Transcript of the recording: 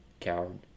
coward